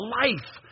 life